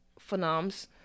Phenoms